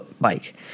bike